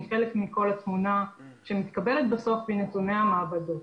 אלא היא חלק מכל התמונה שמתקבלת בסוף מנתוני המעבדות.